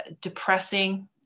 depressing